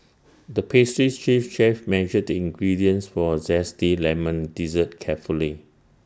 the pastry chief chef measured the ingredients for A Zesty Lemon Dessert carefully